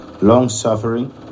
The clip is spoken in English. long-suffering